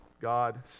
God